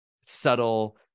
subtle